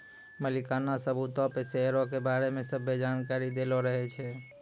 मलिकाना सबूतो पे शेयरो के बारै मे सभ्भे जानकारी दैलो रहै छै